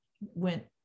went